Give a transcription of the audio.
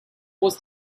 was